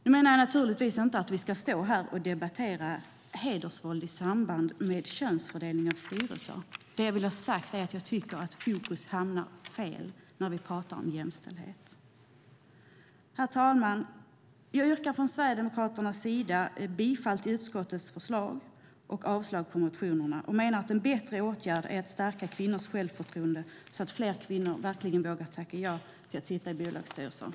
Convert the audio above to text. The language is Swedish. Nu menar jag naturligtvis inte att vi ska stå här och debattera hedersvåld i samband med könsfördelning av styrelser. Det jag vill ha sagt är att jag tycker att fokus hamnar fel när vi pratar om jämställdhet. Herr talman! Jag yrkar från Sverigedemokraternas sida bifall till utskottets förslag och avslag på motionerna. Jag menar att en bättre åtgärd är att stärka kvinnors självförtroende, så att fler kvinnor vågar tacka ja till att sitta i bolagsstyrelser.